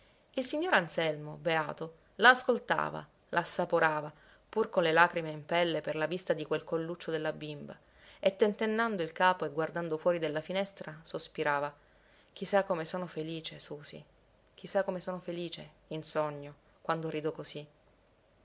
il signor anselmo beato la ascoltava la assaporava pur con le lacrime in pelle per la vista di quel colluccio della bimba e tentennando il capo e guardando fuori della finestra sospirava chi sa come sono felice susì chi sa come sono felice in sogno quando rido così